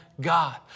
God